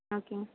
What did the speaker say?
okay